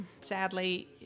sadly